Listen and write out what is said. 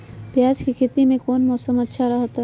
प्याज के खेती में कौन मौसम अच्छा रहा हय?